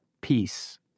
peace